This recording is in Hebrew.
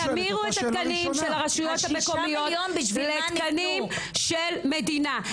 תמירו את התקנים של הרשויות המקומיות לתקנים של מדינה.